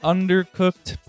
Undercooked